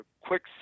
quick